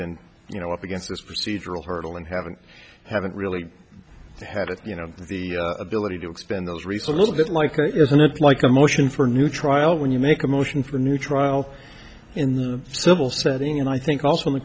been you know up against this procedural hurdle and haven't haven't really had it you know the ability to extend those recent little bit like there isn't like a motion for a new trial when you make a motion for a new trial in the civil setting and i think also in the